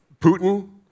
Putin